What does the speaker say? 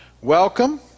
welcome